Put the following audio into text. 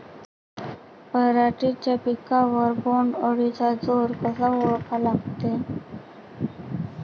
पराटीच्या पिकावर बोण्ड अळीचा जोर कसा ओळखा लागते?